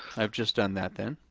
i've just done that then.